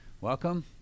Welcome